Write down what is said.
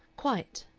quite!